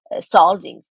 solving